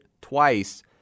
twice